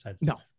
No